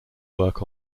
work